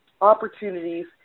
opportunities